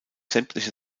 sämtliche